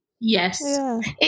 Yes